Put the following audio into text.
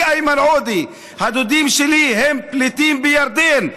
אני, איימן עודה, הדודים שלי הם פליטים בירדן.